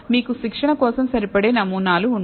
మీకు శిక్షణ కోసం సరిపడే నమూనాలు ఉండవు